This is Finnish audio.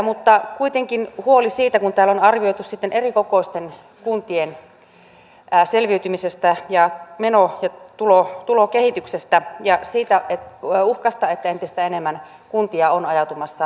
mutta kuitenkin huoli on siitä kun täällä on arvioitu sitten erikokoisten kuntien selviytymistä ja meno ja tulokehitystä ja sitä uhkaa että entistä enemmän kuntia on ajautumassa kriisikunniksi